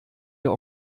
wir